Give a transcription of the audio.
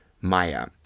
maya